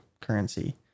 currency